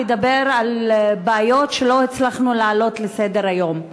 לדבר על בעיות שלא הצלחנו להעלות לסדר-היום.